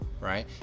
right